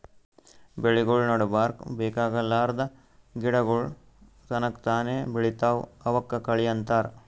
ಬೆಳಿಗೊಳ್ ನಡಬರ್ಕ್ ಬೇಕಾಗಲಾರ್ದ್ ಗಿಡಗೋಳ್ ತನಕ್ತಾನೇ ಬೆಳಿತಾವ್ ಅವಕ್ಕ ಕಳಿ ಅಂತಾರ